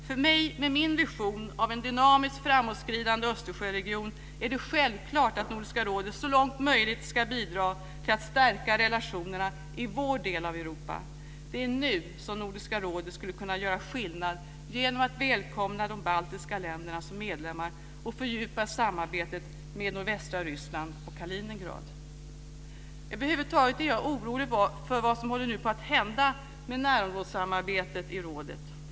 För mig med min vision av en dynamisk framåtskridande Östersjöregion är det självklart att Nordiska rådet så långt som möjligt ska bidra till att stärka relationerna i vår del av Europa. Det är nu som Nordiska rådet skulle kunna göra en skillnad genom att välkomna de baltiska länderna som medlemmar och fördjupa samarbetet med nordvästra Ryssland och Över huvud taget är jag orolig för vad som nu håller på att hända med närområdessamarbetet i rådet.